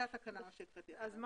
מה שהקראתי, זאת התקנה.